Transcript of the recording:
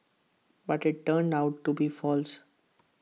but IT turned out to be false